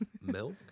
milk